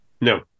No